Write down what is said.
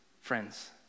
friends